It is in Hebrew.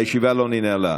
הישיבה לא ננעלה.